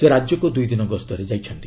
ସେ ରାଜ୍ୟକୃ ଦୂଇ ଦିନ ଗସ୍ତରେ ଯାଇଛନ୍ତି